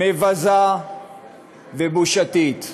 מבזה ובושתית.